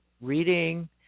reading